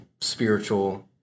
spiritual